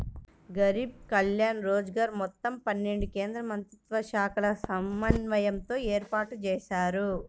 గరీబ్ కళ్యాణ్ రోజ్గర్ మొత్తం పన్నెండు కేంద్రమంత్రిత్వశాఖల సమన్వయంతో ఏర్పాటుజేశారు